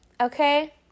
okay